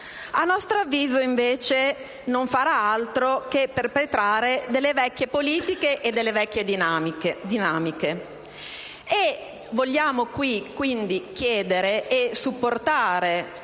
a nostro avviso non farà altro che perpetrare delle vecchie politiche e delle vecchie dinamiche. Vogliamo quindi chiedere e supportare